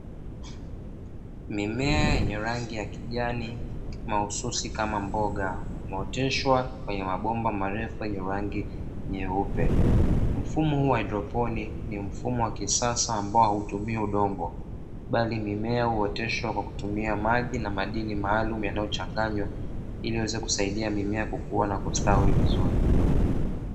Mimea yenye rangi ya kijani mahususi kama mboga, imeoteshwa kwenye mabomba marefu yenye rangi nyeupe, mfumo wa haidroponi ni mfumo wa kisasa ambao hautumii udongo bali mimea huoteshwa kwa kutumia maji na madini yaliyo changanywa ili iweze kusaidia mimea kukua na kustawi vizuri.